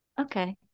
Okay